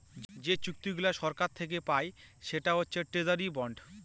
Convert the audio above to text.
যে চুক্তিগুলা সরকার থাকে পায় সেটা হচ্ছে ট্রেজারি বন্ড